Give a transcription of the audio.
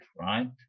right